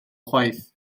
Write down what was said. chwaith